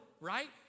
Right